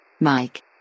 Mike